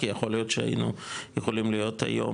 כי יכול להיות שהיינו יכולים להיות היום,